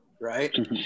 right